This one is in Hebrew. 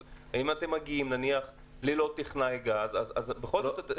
אז אם אתם מגיעים ללא טכנאי גז - בכל זאת,